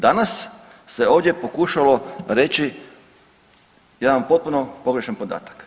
Danas se ovdje pokušalo reći jedan potpuno pogrešan podatak.